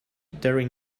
during